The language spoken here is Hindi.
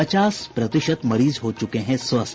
पचास प्रतिशत मरीज हो चुके हैं स्वस्थ